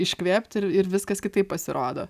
iškvėpt ir ir viskas kitaip pasirodo